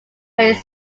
raise